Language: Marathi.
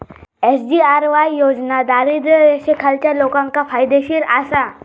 एस.जी.आर.वाय योजना दारिद्र्य रेषेखालच्या लोकांका फायदेशीर आसा